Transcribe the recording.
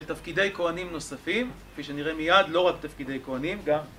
תפקידי כהנים נוספים, כפי שנראה מיד, לא רק תפקידי כהנים, גם...